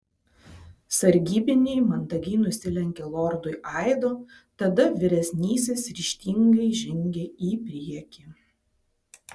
sargybiniai mandagiai nusilenkė lordui aido tada vyresnysis ryžtingai žengė į priekį